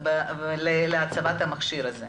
להצבת המכשיר הזה.